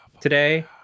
today